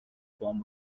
form